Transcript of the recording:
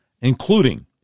including